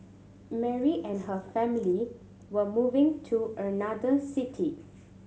Mary and her family were moving to another city